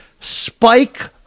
spike